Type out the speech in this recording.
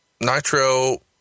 Nitro